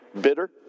bitter